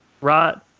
right